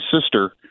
sister